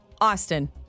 Austin